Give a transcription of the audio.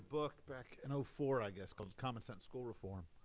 book, back in ah four, i guess, called common sense school reform.